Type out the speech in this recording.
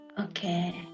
okay